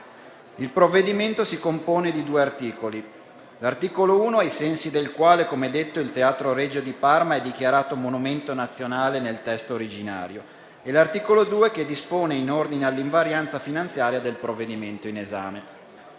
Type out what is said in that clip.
Il provvedimento si compone di due articoli: l'articolo 1, ai sensi del quale, come detto, il Teatro Regio di Parma è dichiarato monumento nazionale nel testo originario, e l'articolo 2, che dispone in ordine all'invarianza finanziaria del provvedimento in esame.